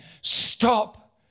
stop